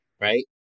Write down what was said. Right